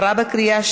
נתקבל.